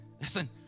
Listen